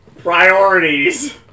Priorities